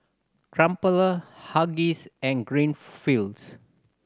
Crumpler Huggies and Greenfields